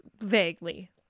Vaguely